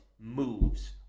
moves